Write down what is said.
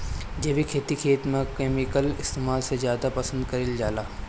जैविक खेती खेत में केमिकल इस्तेमाल से ज्यादा पसंद कईल जाला